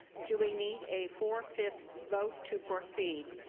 do we need a four fifth vote to proceed?